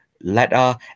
letter